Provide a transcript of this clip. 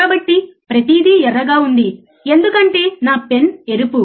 కాబట్టి ప్రతిదీ ఎర్రగా ఉంది ఎందుకంటే నా పెన్ ఎరుపు